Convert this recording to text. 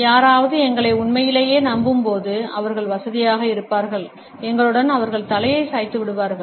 யாராவது எங்களை உண்மையிலேயே நம்பும்போது அவர்கள் வசதியாக இருப்பார்கள் எங்களுடன் அவர்கள் தலையை சாய்த்து விடுவார்கள்